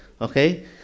Okay